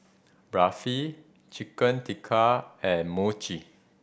Barfi Chicken Tikka and Mochi